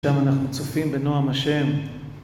עכשיו אנחנו צופים בנועם השם